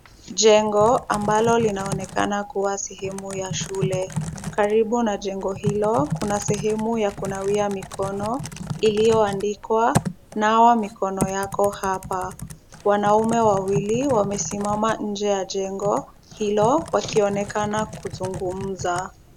Jengo ambalo linaonekana kuwa sehemu ya shule. Karibu na jengo hilo, kuna sehemu ya kunawia mikono iliyoandikwa nawa mikono yako hapa. Wanaume wawili wamesimama nje ya jengo hilo wakionekana kuzungumza.